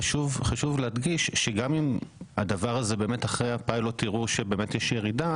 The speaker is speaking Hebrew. חשוב להדגיש שגם אם אחרי הפיילוט יראו שיש ירידה